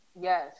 Yes